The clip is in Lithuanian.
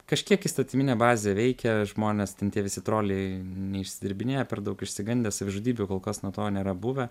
kažkiek įstatyminė bazė veikia žmones ten tie visi troliai neišsidirbinėja per daug išsigandę savižudybių kol kas nuo to nėra buvę